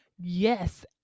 Yes